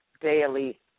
daily